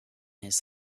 his